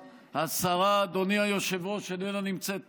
השרה, אדוני היושב-ראש, איננה נמצאת פה.